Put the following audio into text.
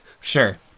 Sure